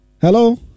Hello